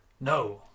No